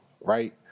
right